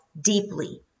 deeply